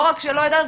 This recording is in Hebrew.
לא רק שלא ידענו,